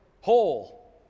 Whole